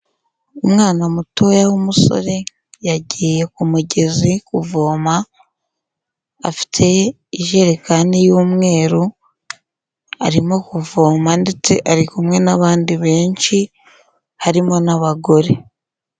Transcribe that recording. Umwana mutoya w'umusore yagiye ku mugezi kuvoma, afite ijerekani y'umweru, arimo kuvoma ndetse ari kumwe n'abandi benshi, harimo n'abagore.